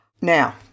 Now